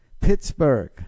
Pittsburgh